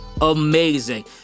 amazing